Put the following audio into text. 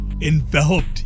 enveloped